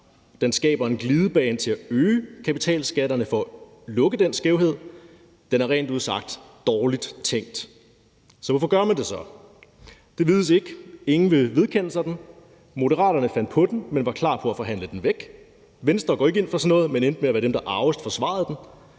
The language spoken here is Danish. den skaber en glidebane til at øge kapitalskatterne for at lukke den skævhed. Den er rent ud sagt dårligt tænkt. Hvorfor gør man det så? Det vides ikke. Ingen vil vedkende sig den. Moderaterne fandt på den, men var klar på at forhandle den væk. Venstre går ikke ind for sådan noget, men endte med at være dem, der argest forsvarede den.